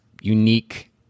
unique